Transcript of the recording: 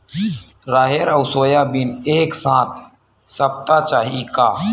राहेर अउ सोयाबीन एक साथ सप्ता चाही का?